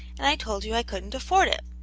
and i told you i couldn't afford it.